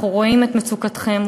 אנחנו רואים את מצוקתכם,